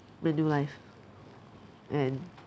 Manulife and